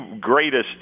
greatest